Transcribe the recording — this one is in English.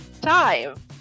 time